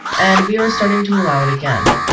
and we are starting to allow it again.